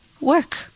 work